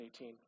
18